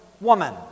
woman